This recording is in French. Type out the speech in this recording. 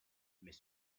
mais